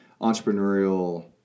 entrepreneurial